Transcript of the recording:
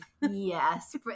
Yes